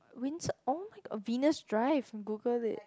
Venus drive google it